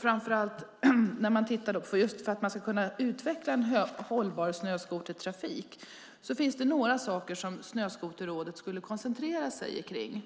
framför allt när det gäller att utveckla en hållbar snöskotertrafik, ser man att det finns några saker Snöskoterrådet skulle koncentrera sig på.